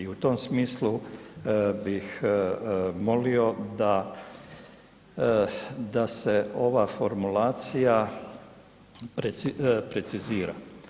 I u tom smislu bih molio da, da se ova formulacija precizira.